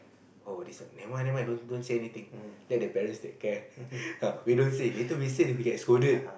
oh this one nevermind nevermind don't don't say anything let the parents take care we don't say later we say then we get scolded